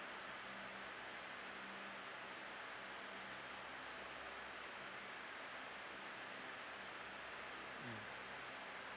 mm